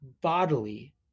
bodily